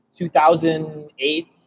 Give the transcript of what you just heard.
2008